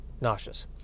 nauseous